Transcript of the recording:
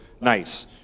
nice